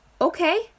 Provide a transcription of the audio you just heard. Okay